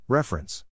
Reference